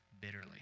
bitterly